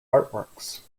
artworks